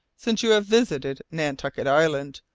since you have visited nantucket island,